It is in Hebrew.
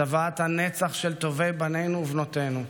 צוואת הנצח של טובי בנינו ובנותינו,